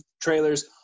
trailers